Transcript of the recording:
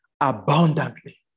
abundantly